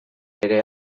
ere